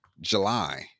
July